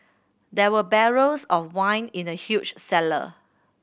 there were barrels of wine in the huge cellar